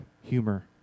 humor